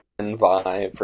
vibe